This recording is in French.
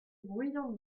bruyantes